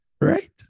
right